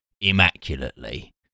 immaculately